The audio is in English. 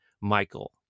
michael